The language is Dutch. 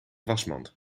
wasmand